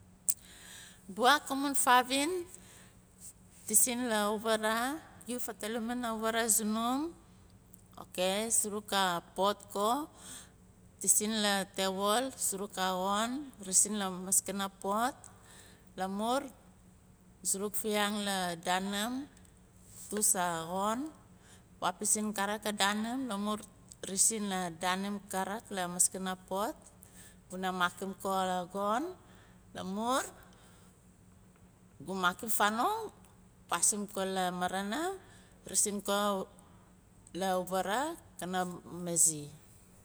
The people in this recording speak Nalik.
Buwaak amun faavin taasin la auvara giu fatalamin aauvara sunam ok suruk apot ko taasin la tewol suruk axon resin lamaskana pot lamur suruk fiyang la danaam tus axon wahpizin karik lamaskana pot guna makim a- axon lamun gu makim fanong gu pasim kol amarana resin ko la auvara kana maazi.